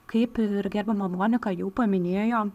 kaip ir gerbiama monika jau paminėjo